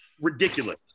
Ridiculous